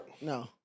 no